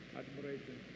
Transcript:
admiration